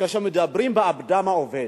כאשר מדברים באדם העובד.